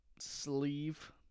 sleeve